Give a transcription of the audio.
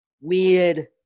weird